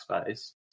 space